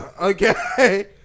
Okay